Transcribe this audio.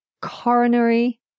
Coronary